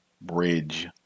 Bridge